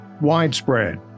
Widespread